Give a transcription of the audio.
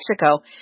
Mexico